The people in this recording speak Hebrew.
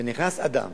ונכנס אדם